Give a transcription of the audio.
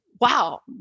wow